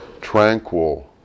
tranquil